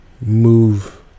move